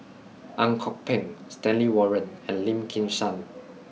Ang Kok Peng Stanley Warren and Lim Kim San